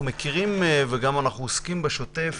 אנחנו מכירים ואנחנו גם עוסקים בשוטף